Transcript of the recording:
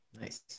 Nice